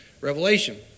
Revelation